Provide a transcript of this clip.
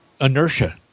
inertia